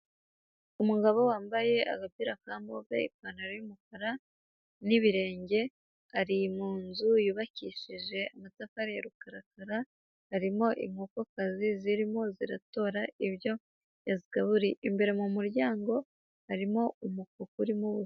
Umugabo wambaye agapira ka move ipantaro y'umukara n'ibirenge, ari munzu yubakishije amatafari ya rukarakara, harimo inkokokazi zirimo ziratora ibyo yazigaburiye, imbere mu muryango harimo umufuka urimo ubusa.